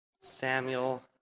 Samuel